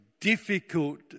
difficult